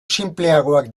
sinpleagoak